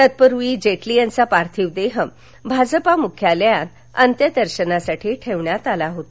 तत्पूर्वी जेटली यांचा पार्थिव देह भाजपा मुख्यालयात अंत्य दर्शनासाठी ठेवण्यात आला होता